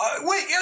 Wait